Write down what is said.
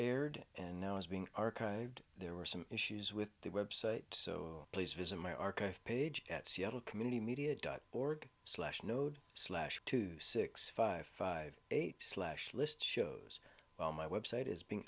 aired and now is being archived there were some issues with the website so please visit my archive page at seattle community media dot org slash node slash two six five five eight slash list shows well my website is being